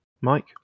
Mike